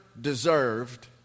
deserved